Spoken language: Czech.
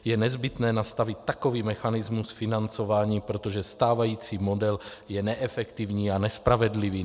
Je nezbytné nastavit takový mechanismus financování, protože stávající model je neefektivní a nespravedlivý.